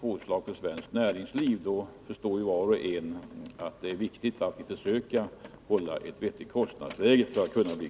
Herr talman!